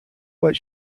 what